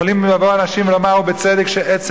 יכולים לבוא אנשים ולומר בצדק שעצם